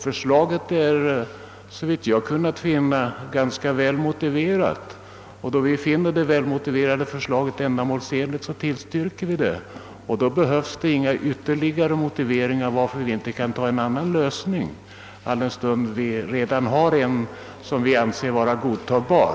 Förslaget är såvitt vi har kunnat finna väl motiverat och då vi finner det välmotiverade förslaget ändamålsenligt tillstyrker vi det. Då behövs det ingen ytterligare motivering för att vi inte kan acceptera en annan lösning, alldenstund vi redan har en som vi anser vara godtagbar.